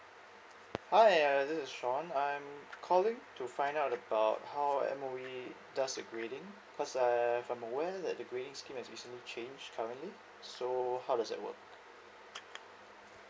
hi uh this is sean I'm calling to find out about how M_O_E does a grading cause I've I'm aware that the grading scheme has recently changed currently so how does that work